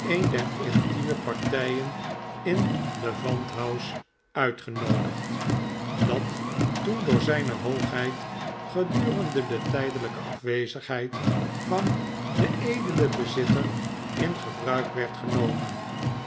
een der intieme partijen in levant house uitgenoodigd dat toen door zijne hoogheid gedurende de tijdelijke afwezigheid van den edelen bezitter in gebruik werd genomen